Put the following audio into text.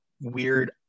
weird